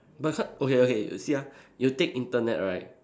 but okay okay you see ah you take Internet right